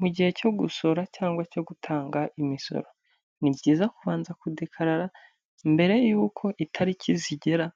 Mu gihe cyo gusora cyangwa cyo gutanga imisoro, ni byiza kubanza kudekarara mbere yuko itariki zigera